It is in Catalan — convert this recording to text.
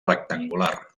rectangular